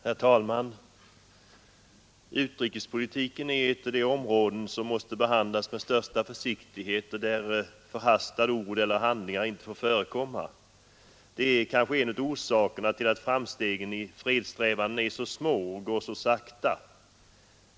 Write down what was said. Herr talman! Utrikespolitiken är ett av de områden som måste behandlas med största försiktighet och där förhastade ord eller handlingar inte får förekomma. Detta är kanske en av orsakerna till att framstegen i fredssträvandena är så små och går så sakta.